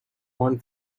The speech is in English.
one